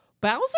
Bowser